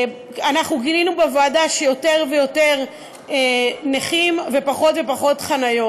גילינו בוועדה שיש יותר ויותר נכים ופחות ופחות חניות,